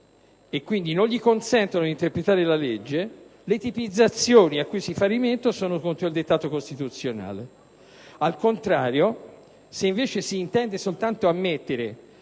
e quindi non consentono al giudice di interpretare la legge, le tipizzazioni cui si fa riferimento sono contro il dettato costituzionale; al contrario, se invece si intende soltanto ammettere